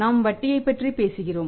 நாம் வட்டியைப் பற்றி பேசுகிறோம்